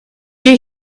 you